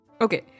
Okay